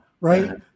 right